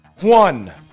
One